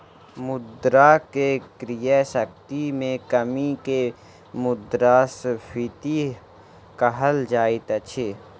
मुद्रा के क्रय शक्ति में कमी के मुद्रास्फीति कहल जाइत अछि